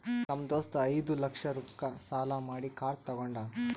ನಮ್ ದೋಸ್ತ ಐಯ್ದ ಲಕ್ಷ ರೊಕ್ಕಾ ಸಾಲಾ ಮಾಡಿ ಕಾರ್ ತಗೊಂಡಾನ್